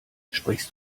sprichst